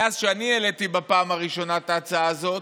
מאז שאני העליתי בפעם הראשונה את ההצעה הזאת,